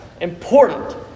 Important